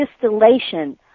distillation